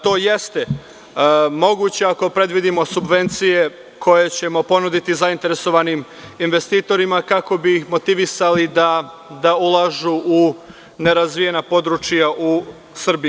To jeste moguće ako predvidimo subvenicije koje ćemo ponuditi zainteresovanim investitorima, kako bi ih motivisali da ulažu u nerazvijena područja u Srbiji.